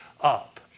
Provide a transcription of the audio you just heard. up